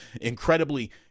Incredibly